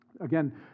Again